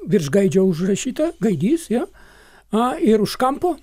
virš gaidžio užrašyta gaidys jo a ir už kampo